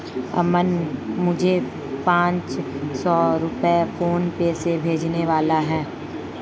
अमन मुझे पांच सौ रुपए फोनपे से भेजने वाला है